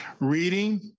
Reading